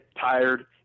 tired